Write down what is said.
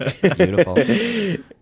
Beautiful